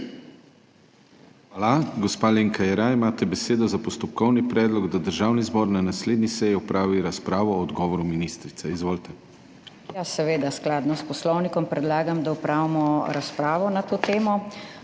Hvala. Gospa Alenka Jeraj, imate besedo za postopkovni predlog, da Državni zbor na naslednji seji opravi razpravo o odgovoru ministrice. Izvolite. **ALENKA JERAJ (PS SDS):** Seveda, v skladu s poslovnikom predlagam, da opravimo razpravo na to temo.